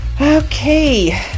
Okay